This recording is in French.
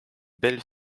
belle